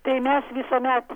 tai mes visuomet